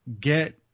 get